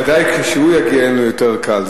ודאי כשהוא יגיע, יהיה לנו יותר קל.